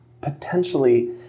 potentially